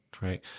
Right